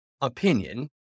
opinion